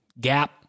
gap